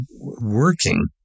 working